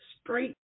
straight